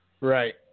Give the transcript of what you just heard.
Right